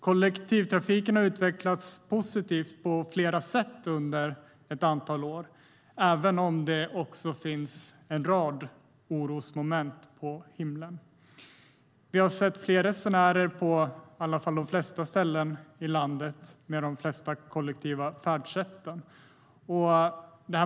Kollektivtrafiken har utvecklats positivt på flera sätt under ett antal år, även om det också finns en rad orosmoln på himlen. Vi har sett fler resenärer vad gäller de flesta kollektiva färdsätten på de flesta ställen i landet.